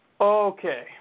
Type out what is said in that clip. Okay